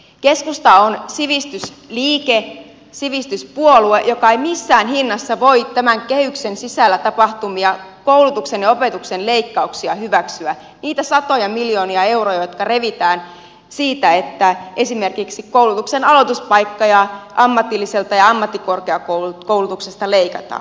keskusta on sivistysliike sivistyspuolue joka ei mistään hinnasta voi tämän kehyksen sisällä tapahtuvia koulutuksen ja opetuksen leikkauksia hyväksyä niitä satoja miljoonia euroa jotka revitään siitä että esimerkiksi koulutuksen aloituspaikkoja ammatillisesta ja ammattikorkeakoulutuksesta leikataan